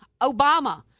Obama